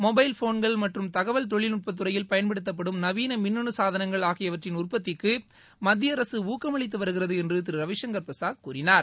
mobile போன்கள் மற்றும் தகவல் தொழில்நுட்ப துறையில் பயன்படுத்தப்படும் நவீன மின்னணு சாதனங்கள் ஆகியவற்றின் உற்பத்திற்கு மத்திய அரக ஊக்கமளித்து வருகிறது என்று திரு ரவிசுங்கர் பிரசாத் கூறினார்